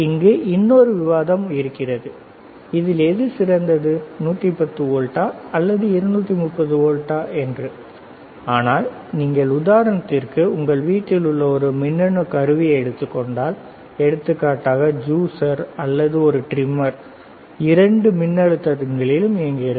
இங்கு இன்னொரு விவாதம் இருக்கிறது இதில் எது சிறந்தது 110 வோல்டா அல்லது 230 வோல்டா என்று ஆனால் நீங்கள் உதாரணத்திற்கு உங்கள் வீட்டில் உள்ள ஒரு மின்னணுக் கருவியை எடுத்துக் கொண்டால் எடுத்துக்காட்டாக ஜூசர் அல்லது ஒரு டிரிம்மர் இரண்டு மின்னழுத்தங்களிலும் இயங்குகிறது